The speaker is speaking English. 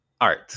art